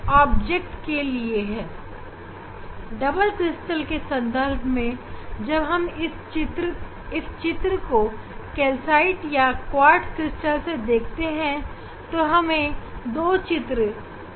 लेकिन double crystal के संदर्भ में जब हम चित्र को कैल्साइट या क्वार्ट्ज क्रिस्टल से देखते हैं तो हमें दो छवि मिलती है